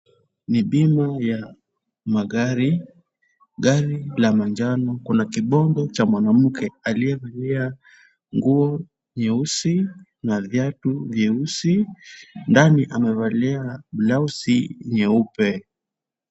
Ni bima la magari. Gari la manjano. Kuna kibombe cha mwanamke aliyevalia nguo nyeusi na viatu vyeusi. Ndani amevalia blausi nyeupe.